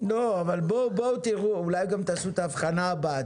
אולי גם תעשו את ההבחנה הבאה.